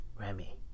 Remy